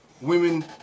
women